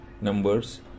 numbers